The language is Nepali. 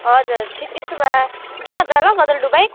हजुर ठिक त्यसो भए जाउँ न त ल गजलडुब्बै